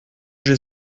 j’ai